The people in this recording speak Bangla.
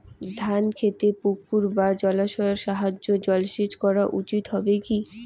ধান খেতে পুকুর বা জলাশয়ের সাহায্যে জলসেচ করা উচিৎ হবে কি?